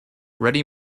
ready